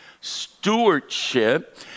stewardship